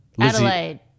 Adelaide